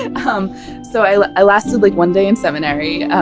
um so i like i lasted like one day in seminary,